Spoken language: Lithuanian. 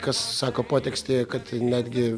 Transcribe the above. kas sako potekstėje kad netgi